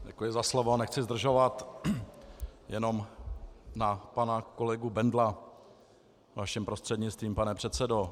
Děkuji za slovo, nechci zdržovat, jenom na pana kolegu Bendla vaším prostřednictvím, pane předsedo.